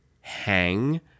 hang